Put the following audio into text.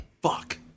Fuck